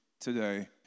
today